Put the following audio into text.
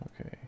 Okay